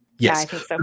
Yes